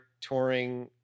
touring